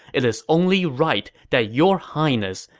it is only right that your highness,